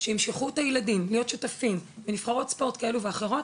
שימשכו את הילדים להיות שותפים בנבחרות ספורט כאלה ואחרות,